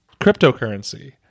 cryptocurrency